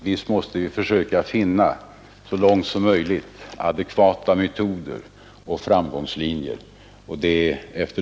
Visst måste vi försöka finna så långt som möjligt adekvata metoder och framgångslinjer.